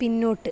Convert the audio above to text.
പിന്നോട്ട്